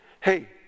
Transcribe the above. hey